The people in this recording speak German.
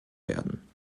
werden